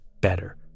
better